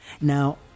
Now